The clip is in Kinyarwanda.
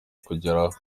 kugeraho